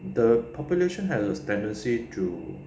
the population has a tendency to